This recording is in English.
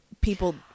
people